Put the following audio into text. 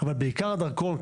אבל בעיקר הדרכון,